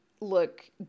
look